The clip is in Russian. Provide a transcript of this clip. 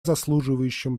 заслуживающим